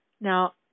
Now